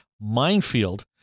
minefield